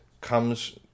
comes